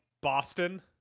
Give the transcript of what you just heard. Boston